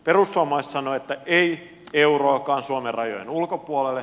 perussuomalaiset sanovat että ei euroakaan suomen rajojen ulkopuolelle